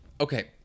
Okay